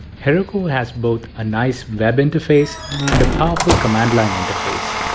heroku has both a nice web interface and a powerful command line interface.